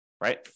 right